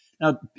Now